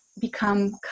become